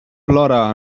plora